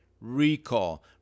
recall